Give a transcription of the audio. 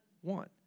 One